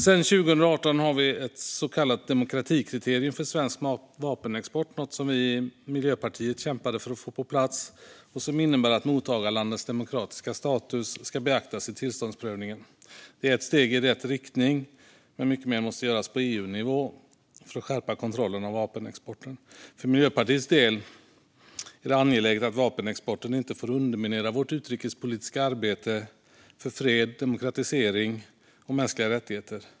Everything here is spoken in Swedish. Sedan 2018 har vi ett så kallat demokratikriterium för svensk vapenexport, något som vi i Miljöpartiet kämpade för att få på plats och som innebär att mottagarlandets demokratiska status ska beaktas i tillståndsprövningen. Det är ett steg i rätt riktning, men mycket mer måste göras på EU-nivå för att skärpa kontrollen av vapenexporten. För Miljöpartiets del är det angeläget att vapenexporten inte får underminera vårt utrikespolitiska arbete för fred, demokratisering och mänskliga rättigheter.